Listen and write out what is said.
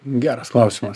geras klausimas